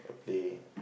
to play